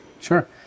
Sure